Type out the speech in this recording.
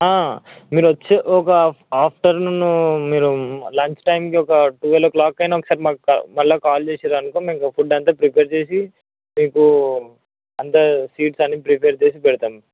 మీరు వచ్చి ఒక ఆఫ్టర్నూన్ మీరు లంచ్ టైమ్కి ఒక టువెల్ ఓ క్లాక్కి అయినా ఒకసారి మళ్ళా కాల్ చేసారు అనుకో మీకు ఫుడ్ అంతా ప్రిపేర్ చేసి మీకు అంతా సీట్స్ అన్నీ ప్రిపేర్ చేసి పెడతాం